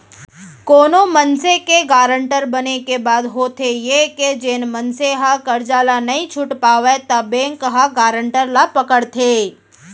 कोनो मनसे के गारंटर बने के बाद होथे ये के जेन मनसे ह करजा ल नइ छूट पावय त बेंक ह गारंटर ल पकड़थे